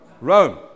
Rome